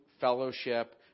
fellowship